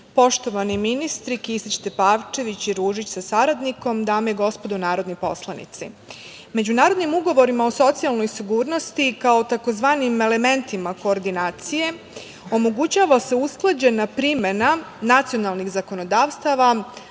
Orliću. Poštovani ministri, Kisić Tepavčević i Ružić sa saradnikom, dame i gospodo narodni poslanici, međunarodnim ugovorima o socijalnoj sigurnosti kao takozvanim elementima koordinacije omogućava se usklađena primena nacionalnih zakonodavstava